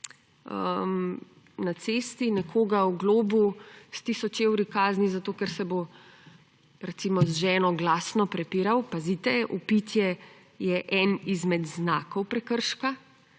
na cesti nekoga oglobil s tisoč evri kazni, zato ker se bo, recimo, z ženo glasno prepiral. Pazite, vpitje je en izmed znakov prekrška